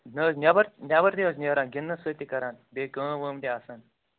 نہ حظ نیٚبَر نیٚبَر تہِ حظ نیران گِنٛدنَس سۭتۍ تہِ کَران بیٚیہِ کٲم وٲم تہِ آسان